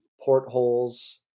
portholes